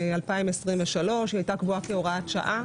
2023. היא הייתה קבועה כהוראת שעה,